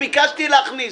ביקשתי להכניס.